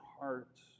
hearts